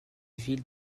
ville